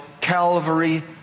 Calvary